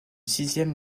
sixième